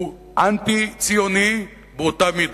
והוא אנטי-ציוני באותה מידה,